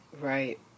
right